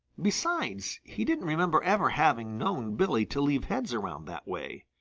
besides, he didn't remember ever having known billy to leave heads around that way.